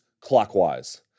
clockwise